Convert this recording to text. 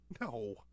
No